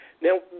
Now